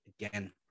again